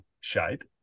shape